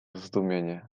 zdumienie